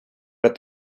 but